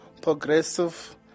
progressive